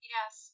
Yes